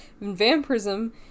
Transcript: Vampirism